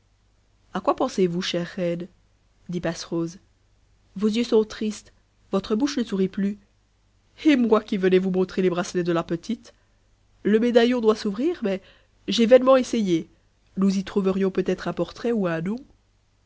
a quoi pensez-vous chère reine dit passerose vos yeux sont tristes votre bouche ne sourit plus et moi qui venais vous montrer les bracelets de la petite le médaillon doit s'ouvrir mais j'ai vainement essayé nous y trouverions peut-être un portrait ou un